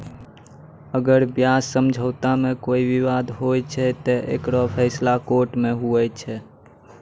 अगर ब्याज समझौता मे कोई बिबाद होय छै ते ओकरो फैसला कोटो मे हुवै छै